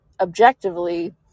objectively